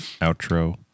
outro